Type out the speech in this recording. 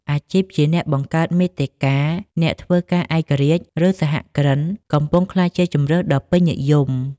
អាជីពជា អ្នកបង្កើតមាតិកា អ្នកធ្វើការឯករាជ្យ ឬ សហគ្រិន កំពុងក្លាយជាជម្រើសដ៏ពេញនិយម។